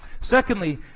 Secondly